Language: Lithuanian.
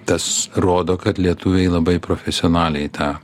tas rodo kad lietuviai labai profesionaliai tą